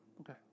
Okay